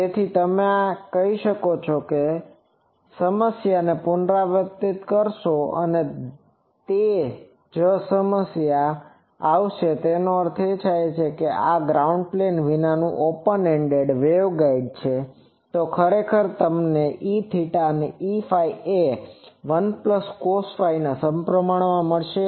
તેથી તમે ત્યાં કરી શકો છો અને તમે સમસ્યાને પુનરાવર્તિત કરશો અને તે જ સમસ્યા આવશે જેનો અર્થ થાય છે કે આ ગ્રાઉન્ડ પ્લેન વિનાનુ ઓપન એન્ડેડ વેવગાઈડ છે તો આખરે તમને Eθ અને Eφ એ 1cosθના સમપ્રમાણમાં મળશે